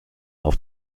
auf